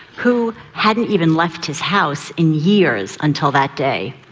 who hadn't even left his house in years until that day.